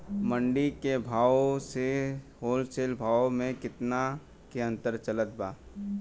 मंडी के भाव से होलसेल भाव मे केतना के अंतर चलत बा?